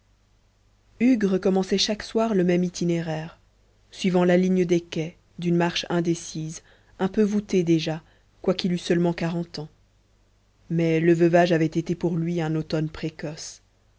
hugues recommençait chaque soir le même itinéraire suivant la ligne des quais d'une marche indécise un peu voûté déjà quoiqu'il eût seulement quarante ans mais le veuvage avait été pour lui un automne précoce